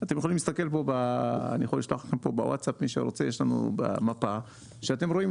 אני יכול לשלוח לכם מפה שבה אתם רואים,